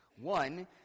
One